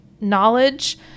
knowledge